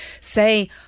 Say